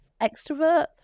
extrovert